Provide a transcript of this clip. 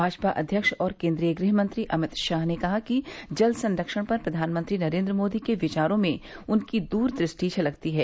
भाजपा अध्यक्ष और केन्द्रीय गृह मंत्री अमित शाह ने कहा है कि जल संरक्षण पर प्रधानमंत्री नरेन्द्र मोदी के विचारों में उनकी दूरदृष्टि झलकती है